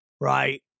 right